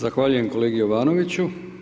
Zahvaljujem kolegi Jovanoviću.